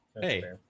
Hey